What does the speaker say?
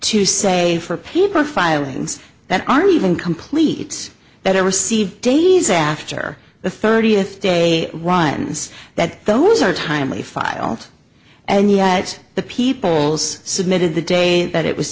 to say for people filings that aren't even complete that it received days after the thirtieth day runs that those are timely filed and yet the people's submitted the day that it was